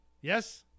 Yes